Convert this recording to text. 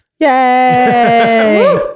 yay